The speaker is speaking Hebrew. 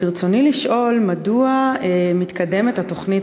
ברצוני לשאול מדוע מתקדמת התוכנית,